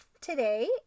today